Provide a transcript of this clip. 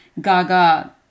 Gaga